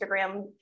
Instagram